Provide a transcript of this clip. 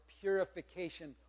purification